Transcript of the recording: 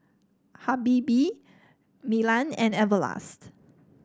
Habibie Milan and Everlast